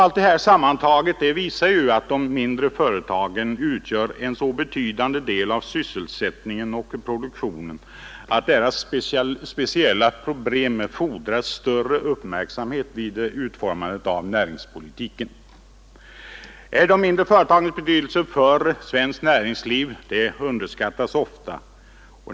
Allt detta sammantaget visar att de mindre och medelstora företagen svarar för en så betydande del av sysselsättningen och produktionen att deras speciella problem fordrar större uppmärksamhet vid utformandet av näringspolitiken. De mindre företagens betydelse för svenskt näringsliv underskattas ofta.